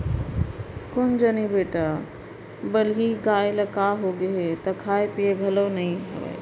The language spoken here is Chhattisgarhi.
कोन जनी बेटा बलही गाय ल का होगे हे त खात पियत घलौ नइये